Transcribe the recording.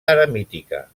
eremítica